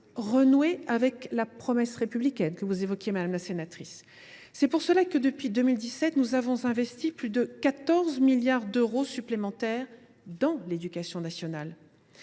renouer avec la promesse républicaine que vous évoquiez, madame la sénatrice. C’est pour cela que nous avons investi, depuis 2017, plus de 14 milliards d’euros supplémentaires dans l’éducation nationale.